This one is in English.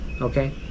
okay